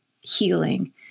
healing